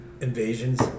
Invasions